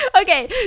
okay